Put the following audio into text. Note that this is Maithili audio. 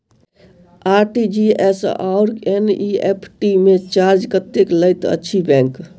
आर.टी.जी.एस आओर एन.ई.एफ.टी मे चार्ज कतेक लैत अछि बैंक?